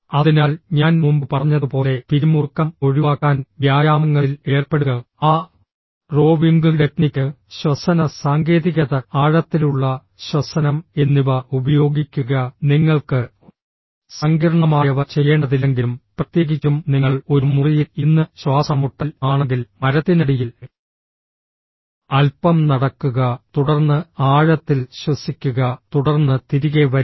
അതിനാൽ ഞാൻ മുമ്പ് പറഞ്ഞതുപോലെ പിരിമുറുക്കം ഒഴിവാക്കാൻ വ്യായാമങ്ങളിൽ ഏർപ്പെടുക ആ റോവിംഗ് ടെക്നിക് ശ്വസന സാങ്കേതികത ആഴത്തിലുള്ള ശ്വസനം എന്നിവ ഉപയോഗിക്കുക നിങ്ങൾക്ക് സങ്കീർണ്ണമായവ ചെയ്യേണ്ടതില്ലെങ്കിലും പ്രത്യേകിച്ചും നിങ്ങൾ ഒരു മുറിയിൽ ഇരുന്ന് ശ്വാസംമുട്ടൽ ആണെങ്കിൽ മരത്തിനടിയിൽ അൽപ്പം നടക്കുക തുടർന്ന് ആഴത്തിൽ ശ്വസിക്കുക തുടർന്ന് തിരികെ വരിക